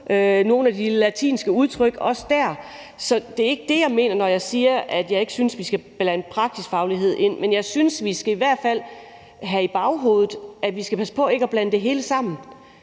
nogle af de latinske udtryk. Så det er ikke det, jeg mener, når jeg siger, at jeg ikke synes, vi skal blande praksisfaglighed ind i det. Men jeg synes, at vi i hvert fald skal have i baghovedet, at vi skal passe på ikke at blande det hele sammen.